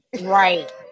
right